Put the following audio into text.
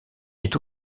est